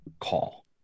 call